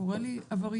קורא לי עבריינית